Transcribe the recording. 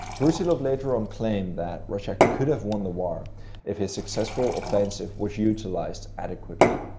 brusilov, later on, claimed that russia could have won the war if his successful offensive was utilized adequately.